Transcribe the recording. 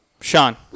Sean